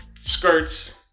skirts